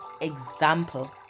example